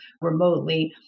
remotely